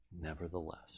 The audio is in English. Nevertheless